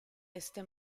este